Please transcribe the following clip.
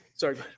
sorry